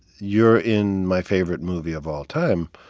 you're in my favorite movie of all time,